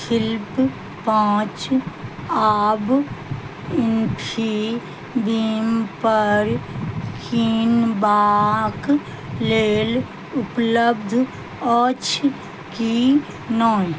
छिल्प पाँच आब इन्फिबीन पर कीनबाक लेल उपलब्ध अछि की नै